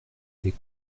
des